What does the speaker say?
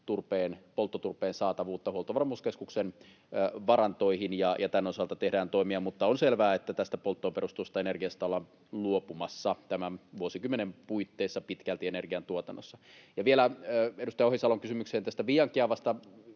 polttoturpeen saatavuutta Huoltovarmuuskeskuksen varantoihin, ja tämän osalta tehdään toimia. Mutta on selvää, että tästä polttoon perustuvasta energiasta ollaan pitkälti luopumassa tämän vuosikymmenen puitteissa energiantuotannossa. Vielä edustaja Ohisalon kysymykseen Viiankiaavasta: